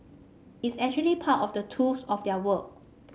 it's actually part of the tools of their work